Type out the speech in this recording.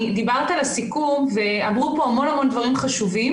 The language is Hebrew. דיברת על הסיכום ואמרו כאן הרבה דברים חשובים